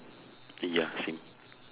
ya same